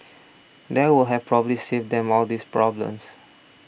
now would have probably saved them all these problems